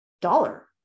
dollar